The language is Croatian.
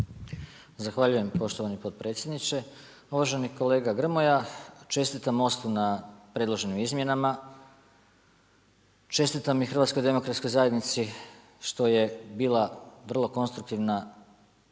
Zahvaljujem poštovani potpredsjedniče. Uvaženi kolega Grmoja, čestitam Mostu na predloženim izmjenama. Čestitam i HDZ-u što je bila vrlo konstruktivna